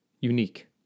unique